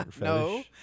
No